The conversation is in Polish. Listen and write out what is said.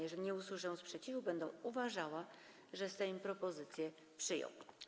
Jeżeli nie usłyszę sprzeciwu, będę uważała, że Sejm propozycję przyjął.